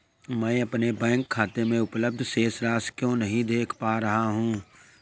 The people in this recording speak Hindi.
मैं अपने बैंक खाते में उपलब्ध शेष राशि क्यो नहीं देख पा रहा हूँ?